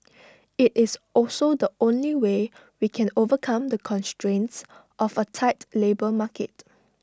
IT is also the only way we can overcome the constraints of A tight labour market